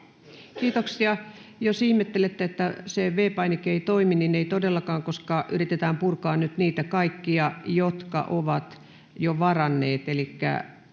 Kiitoksia. — Jos ihmettelette, että se V-painike ei toimi, niin ei todellakaan, koska yritetään purkaa nyt niitä kaikkia, jotka ovat jo vuoron varanneet.